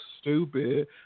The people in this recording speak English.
stupid